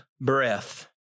breath